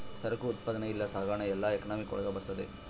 ಸರಕು ಉತ್ಪಾದನೆ ಇಲ್ಲ ಸಾಗಣೆ ಎಲ್ಲ ಎಕನಾಮಿಕ್ ಒಳಗ ಬರ್ತದೆ